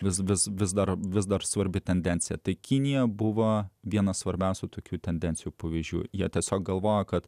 vis bet vis dar vis dar svarbi tendencija tai kinija buvo viena svarbiausių tokių tendencijų pavyzdžių jie tiesiog galvoja kad